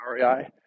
rei